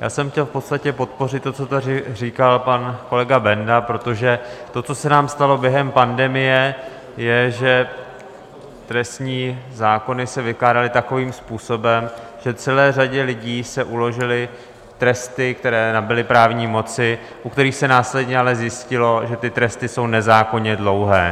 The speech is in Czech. já jsem chtěl v podstatě podpořit to, co tady říkal pan kolega Benda, protože to, co se nám stalo během pandemie, je, že trestní zákony se vykládaly takovým způsobem, že celé řadě lidí se uložily tresty, které nabyly právní moci, u kterých se následně ale zjistilo, že ty tresty jsou nezákonně dlouhé.